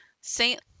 Saint